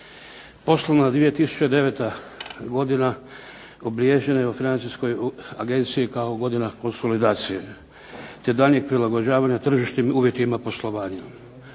Poslovna 2009. godina obilježena je u Financijskoj agenciji kao godina konsolidacije, te daljnjih prilagođavanja tržišnim uvjetima poslovanja.